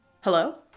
Hello